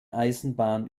eisenbahn